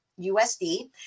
USD